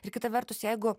ir kita vertus jeigu